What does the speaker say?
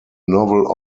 novel